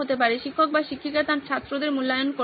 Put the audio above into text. শিক্ষক বা শিক্ষিকা তাঁর ছাত্রদের মূল্যায়ন করতে চান